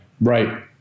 right